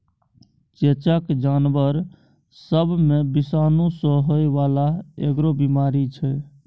चेचक जानबर सब मे विषाणु सँ होइ बाला एगो बीमारी छै